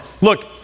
Look